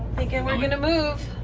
thinking we're gonna move!